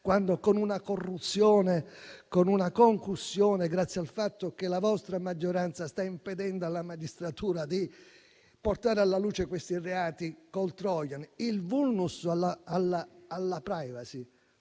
non ricorrere a corruzione o concussione, grazie al fatto che la vostra maggioranza sta impedendo alla magistratura di portare alla luce questi reati con il *trojan*? Il *vulnus* alla *privacy*,